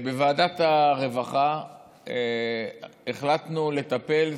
בוועדת הרווחה החלטנו לטפל,